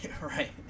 Right